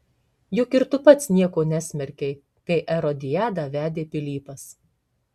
juk ir tu pats nieko nesmerkei kai erodiadą vedė pilypas